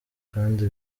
kandi